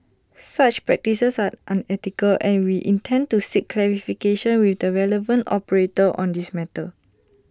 such practices are unethical and we intend to seek clarification with the relevant operator on this matter